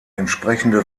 entsprechende